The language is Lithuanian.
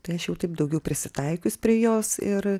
tai aš jau taip daugiau prisitaikius prie jos ir